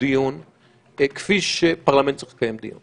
אתם לא רוצים לתת לנו לבנות ואתם גם לא רוצים שנקים בתי העלמין